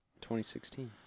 2016